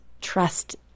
trust